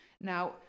now